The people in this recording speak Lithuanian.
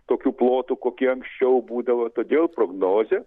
tokių plotų kokie anksčiau būdavo todėl prognozė